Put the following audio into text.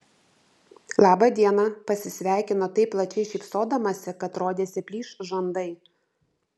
laba diena pasisveikino taip plačiai šypsodamasi kad rodėsi plyš žandai